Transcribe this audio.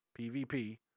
PvP